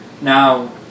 Now